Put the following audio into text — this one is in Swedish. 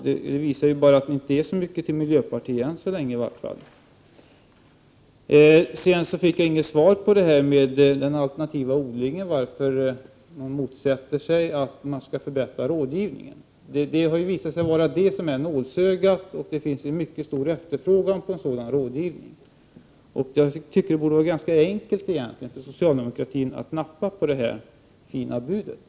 Det visar bara att ni inte är så mycket till miljöparti, i varje fall inte än så länge. När det sedan gäller den alternativa odlingen fick jag inget svar på varför man motsätter sig en förbättring av rådgivningen. Det har ju visat sig vara den som utgör nålsögat. Det finns en mycket stor efterfrågan på sådan rådgivning. Jag tycker därför att det borde vara ganska lätt för socialdemokraterna att nappa på det fina budet.